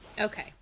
Okay